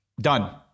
done